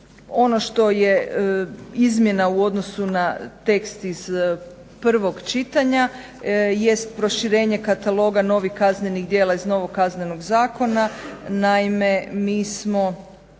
Ono što je izmjena u odnosu na tekst iz prvog čitanja jest proširenje kataloga novih kaznenih djela iz novog KZ-a.